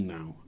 now